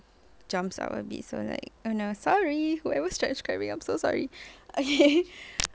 jumps up a bit so like oh no sorry whoever's transcribing I'm so sorry okay